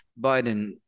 Biden